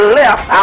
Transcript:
left